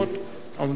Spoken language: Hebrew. עומדות לרשות,